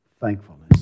thankfulness